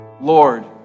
Lord